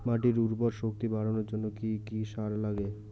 মাটির উর্বর শক্তি বাড়ানোর জন্য কি কি সার লাগে?